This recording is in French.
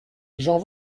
j’en